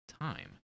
time